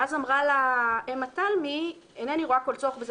ואז אמרה לה אמה תלמי: "אינני רואה כול צורך בזה